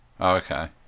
okay